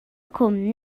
cwm